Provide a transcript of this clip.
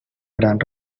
gran